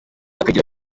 akagira